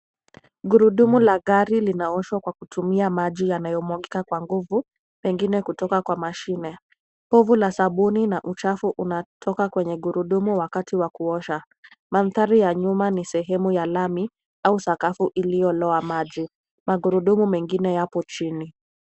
Gurudumu la gari linaoshwa kwa kutumia maji yanayomwagika kwa nguvu pengine kutoka kwa mashine. Povu la sabuni na uchafu unatoka kwenye gurudumu wakati wa kuosha. Mandhari ya nyuma ni sehemu ya lami au sakafu iliyoloa maji. Magurudumu mengine yapo chini.